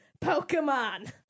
Pokemon